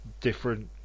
different